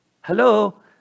hello